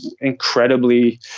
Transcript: incredibly